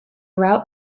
route